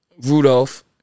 Rudolph